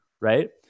right